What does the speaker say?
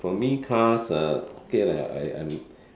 for me cars uh okay lah I'm I'm